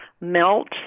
melt